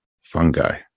Fungi